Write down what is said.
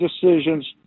decisions